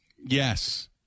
Yes